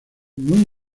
muy